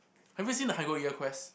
have you seen the Hygo year quest